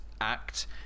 act